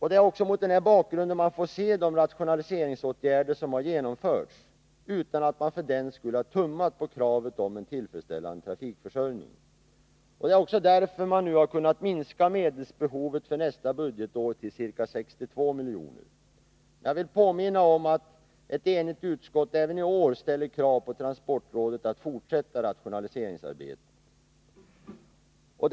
Det är också mot den här bakgrunden man får se de rationaliseringsåtgärder som har genomförts utan att det för den skull har tummats på kravet om en tillfredsställande trafikförsörjning. Medelsbehovet för nästa budgetår har kunnat minskas till ca 62 miljoner. Men jag vill påminna om att ett enigt utskott även i år ställer krav på transportrådet att fortsätta rationaliseringsarbetet.